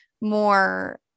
more